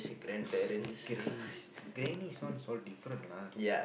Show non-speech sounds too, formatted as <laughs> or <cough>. <laughs> grannies grannies one is all different lah